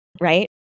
right